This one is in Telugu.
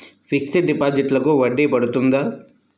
ఫిక్సడ్ డిపాజిట్లకు వడ్డీ పడుతుందా?